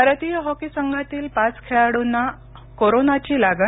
भारतीय हॉकी संघातील पाच खेळाडूंना कोरोनाची लागण